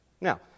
Now